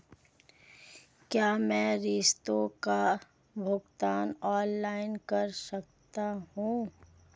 क्या मैं किश्तों का भुगतान ऑनलाइन कर सकता हूँ?